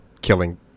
killing